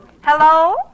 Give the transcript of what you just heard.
Hello